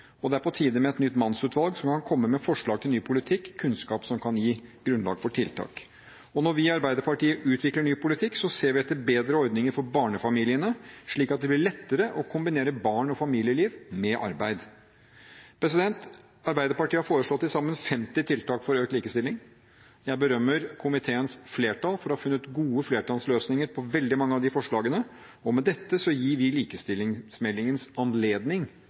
Det er på tide med et nytt mannsutvalg som kan komme med forslag til ny politikk og kunnskap som kan gi grunnlag for tiltak. Og når vi i Arbeiderpartiet utvikler ny politikk, ser vi etter bedre ordninger for barnefamiliene, slik at det blir lettere å kombinere barn og familieliv med arbeid. Arbeiderpartiet har foreslått til sammen 50 tiltak for økt likestilling. Jeg berømmer komiteens flertall for å ha funnet gode flertallsløsninger på veldig mange av de forslagene. Med dette gir vi likestillingsmeldingens anledning